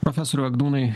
profesoriau egdūnai